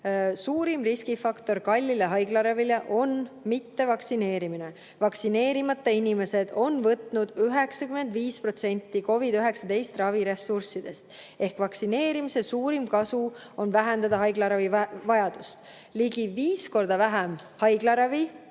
suurim riskifaktor, et vaja on kallist haiglaravi, on mittevaktsineerimine. Vaktsineerimata inimesed on võtnud 95% COVID‑19 ravi ressurssidest ehk vaktsineerimise suurim kasu on, et see vähendab haiglaravi vajadust. Ligi viis korda vähem haiglaravi